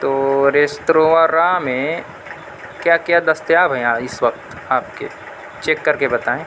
تو ریستوراں میں کیا کیا دستیاب ہے یہاں اِس وقت آپ کے چیک کر کے بتائیں